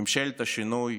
ממשלת השינוי,